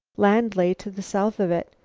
land lay to the south of it.